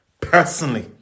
personally